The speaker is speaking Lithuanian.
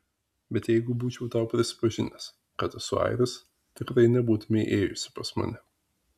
bet jeigu būčiau tau prisipažinęs kad esu airis tikrai nebūtumei ėjusi pas mane